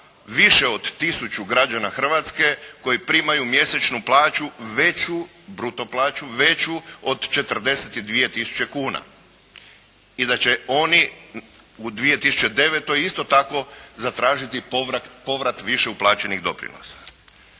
više od tisuću građana Hrvatske koji primaju mjesečnu plaću veću, bruto plaću veću od 42 tisuće kuna i da će oni u 2009. isto tako zatražiti povrat više uplaćenih doprinosa.